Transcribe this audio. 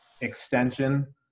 extension